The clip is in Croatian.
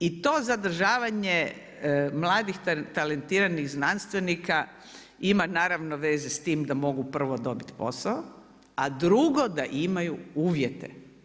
I to zadržavanje mladih talentiranih znanstvenika ima naravno veze s time da mogu prvo dobiti posao, a drugo, da imaju uvijete.